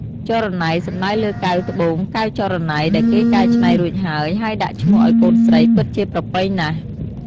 ចរណៃ សំដៅលើ កែវ ត្បូង កែវចរណៃ ដែលគេកែច្នៃរួចហើយ បើដាក់ឈ្មោះឱ្យកូនស្រីពិតជាប្រពៃណាស់ ។